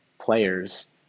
players